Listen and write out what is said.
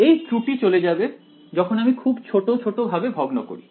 এই ত্রুটি চলে যাবে যখন আমি খুব ছোট ছোট ভাবে ভগ্ন করি